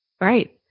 right